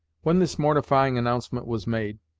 when this mortifying announcement was made,